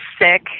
sick